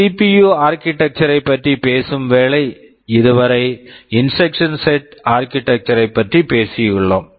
CPU architecture CPU architecture ஐப் பற்றி பேசும் வேளை இது வரை instruction set architecture instruction set architecture ஐப் பற்றி பேசியுள்ளோம்